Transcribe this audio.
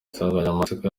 insanganyamatsiko